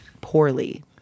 Poorly